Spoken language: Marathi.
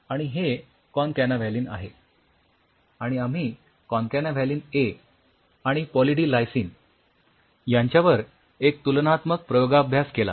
आणि हे कॉनकॅनाव्हॅलीन आहे आणि आम्ही कॉनकॅनाव्हॅलीन ए आणि पॉली डी लायसिन यांच्यावर एक तुलनात्मक प्रयोगाभ्यास केला